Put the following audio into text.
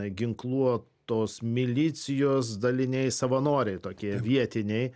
ginkluotos milicijos daliniai savanoriai tokie vietiniai